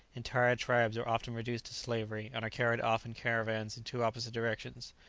entire tribes are often reduced to slavery, and are carried off in caravans in two opposite directions,